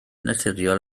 naturiol